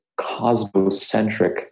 cosmocentric